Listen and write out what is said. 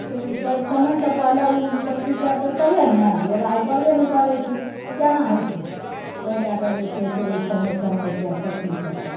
जबकि स समय सँ पहले ऊ जे सब चीज करतै तभे नऽ योगा ऊ करबे नै करै छै तऽ केना हैतै ओइ लै कऽ जे छै से ऊ समय समय पर सब चीज करतै